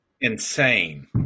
insane